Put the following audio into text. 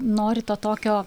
nori to tokio